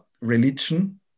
religion